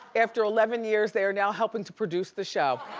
after eleven years, they are now helping to produce the show.